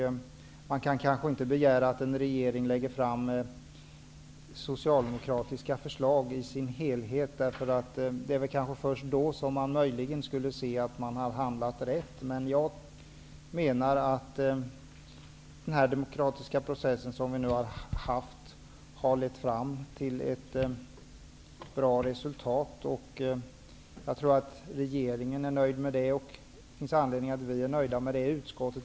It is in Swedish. Man kan kanske inte begära att regeringen lägger fram socialdemokratiska förslag i sin helhet. Det är kanske först då som man möjligen skulle anses ha handlat rätt. Jag menar att den demokratiska process som vi nu har haft har lett fram till ett bra resultat. Jag tror att regeringen är nöjd med det, och det finns anledning att vi i utskottet är nöjda med det.